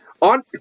On